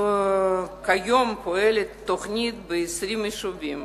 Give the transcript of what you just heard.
כיום פועלת התוכנית ב-20 יישובים.